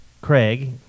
Craig